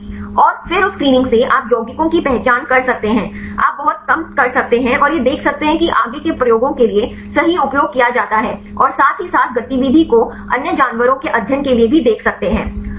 right और फिर उस स्क्रीनिंग से आप यौगिकों की पहचान कर सकते हैं आप बहुत कम कर सकते हैं और यह देख सकते हैं कि आगे के प्रयोगों के लिए सही उपयोग किया जा सकता है और साथ ही साथ गतिविधि को अन्य जानवरों के अध्ययन के लिए भी देख सकते हैं